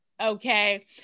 Okay